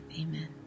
Amen